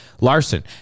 Larson